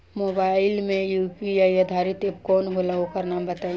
Mobile म UPI आधारित app कौन होला ओकर नाम बताईं?